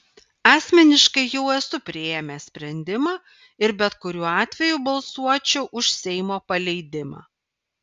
asmeniškai jau esu priėmęs sprendimą ir bet kuriuo atveju balsuočiau už seimo paleidimą